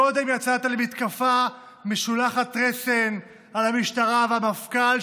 קודם יצאת למתקפה משולחת רסן על המשטרה והמפכ"ל,